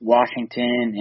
Washington